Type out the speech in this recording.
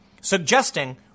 suggesting